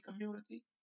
community